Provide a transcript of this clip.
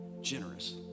generous